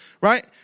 Right